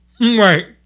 Right